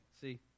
See